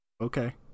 Okay